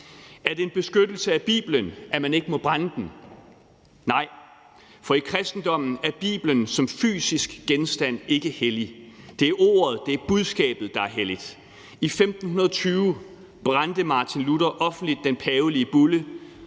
Er det en beskyttelse af Bibelen, at man ikke må brænde den? Nej, for i kristendommen er Bibelen som fysisk genstand ikke hellig. Det er ordet og budskabet, der er helligt. I 1520 brændte Martin Luther offentligt den pavelige bulle,